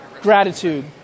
Gratitude